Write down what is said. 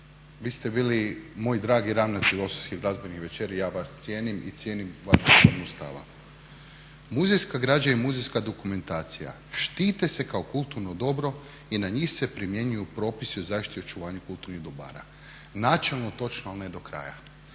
se ne razumije./… glazbenih večeri, ja vas cijenim i cijenim vaš …/Govornik se ne razumije./… Muzejska građa i muzejska dokumentacija štite se kao kulturno dobro i na njih se primjenjuju propisi o zaštiti i očuvanju kulturnih dobara. Načelno točno, ali ne do kraja.